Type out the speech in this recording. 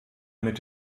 mit